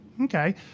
Okay